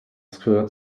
squirt